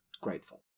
grateful